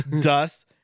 dust